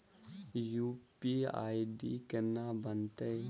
UPI ID केना बनतै?